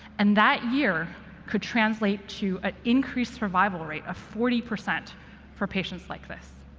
and that year could translate to an increased survival rate of forty percent for patients like this.